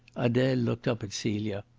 adele looked up at celia,